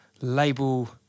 label